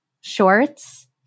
shorts